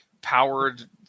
powered